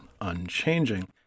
unchanging